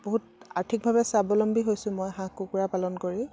বহুত আৰ্থিকভাৱে স্বাৱলম্বী হৈছো মই হাঁহ কুকুৰা পালন কৰি